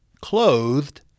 clothed